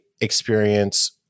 experience